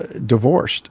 ah divorced